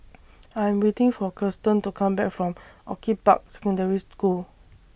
I Am waiting For Kirsten to Come Back from Orchid Park Secondary School